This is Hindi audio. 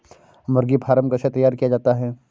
मुर्गी फार्म कैसे तैयार किया जाता है?